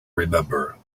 remember